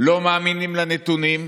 לא מאמינים לנתונים.